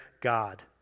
God